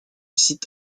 site